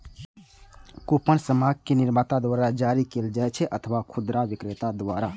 coupon सामान के निर्माता द्वारा जारी कैल जाइ छै अथवा खुदरा बिक्रेता द्वारा